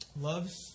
loves